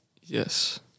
Yes